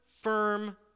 firm